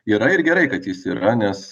yra ir gerai kad jis yra nes